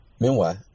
Meanwhile